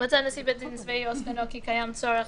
מצא נשיא בית דין צבאי או סגנו כי קיים צורך